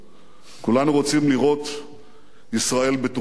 כולנו רוצים לראות ישראל בטוחה יותר,